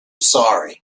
sorry